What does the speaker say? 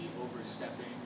overstepping